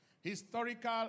historical